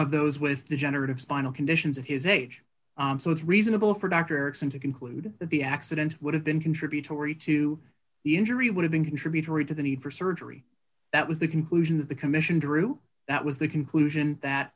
of those with degenerative spinal conditions of his age so it's reasonable for dr erikson to conclude that the accident would have been contributory to the injury would have been contributory to the need for surgery that was the conclusion that the commission drew that was the conclusion that